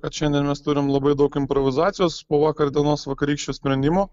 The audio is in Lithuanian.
kad šiandien mes turim labai daug improvizacijos po vakar dienos vakarykščio sprendimo